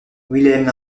wilhelm